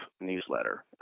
newsletter